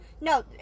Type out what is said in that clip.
No